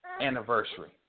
anniversary